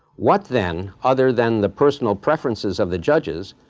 what then, other than the personal preferences of the judges,